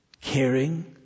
caring